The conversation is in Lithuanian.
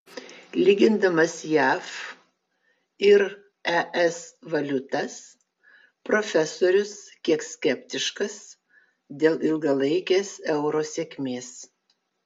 lygindamas jav ir es valiutas profesorius kiek skeptiškas dėl ilgalaikės euro sėkmės